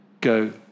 go